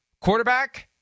Quarterback